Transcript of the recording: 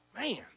Man